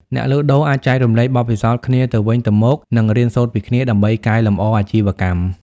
អ្នកលក់ដូរអាចចែករំលែកបទពិសោធន៍គ្នាទៅវិញទៅមក និងរៀនសូត្រពីគ្នា ដើម្បីកែលម្អអាជីវកម្ម ។